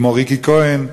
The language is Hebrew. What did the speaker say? כמו ריקי כהן,